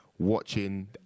watching